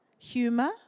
Humor